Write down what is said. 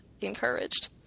encouraged